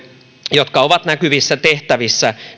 jotka ovat näkyvissä tehtävissä